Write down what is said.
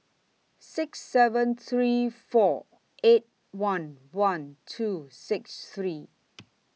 six seven three four eight one one two six three